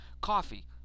coffee